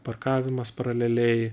parkavimas paraleliai